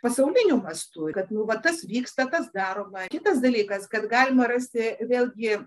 pasauliniu mastu kad nu va tas vykstatas daroma kitas dalykas kad galima rasti vėlgi